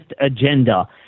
agenda